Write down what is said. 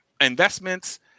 investments